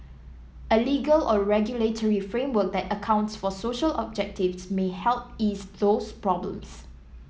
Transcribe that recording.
a legal or regulatory framework that accounts for social objectives may help ease those problems